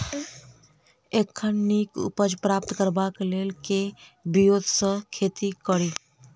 एखन नीक उपज प्राप्त करबाक लेल केँ ब्योंत सऽ खेती कड़ी?